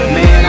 Man